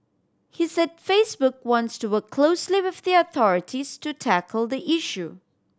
he said Facebook wants to work closely with the authorities to tackle the issue